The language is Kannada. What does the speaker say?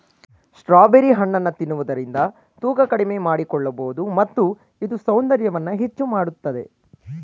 ಸ್ಟ್ರಾಬೆರಿ ಹಣ್ಣನ್ನು ತಿನ್ನುವುದರಿಂದ ತೂಕ ಕಡಿಮೆ ಮಾಡಿಕೊಳ್ಳಬೋದು ಮತ್ತು ಇದು ಸೌಂದರ್ಯವನ್ನು ಹೆಚ್ಚು ಮಾಡತ್ತದೆ